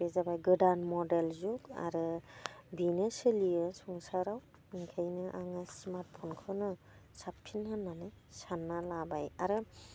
बे जाबाय गोदान मडेल जुग आरो बेनो सोलियो संसाराव ओंखायनो आङो स्मार्टफ'नखौनो साबसिन होननानै सानना लाबाय आरो